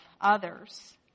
others